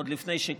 עוד לפני שקמנו?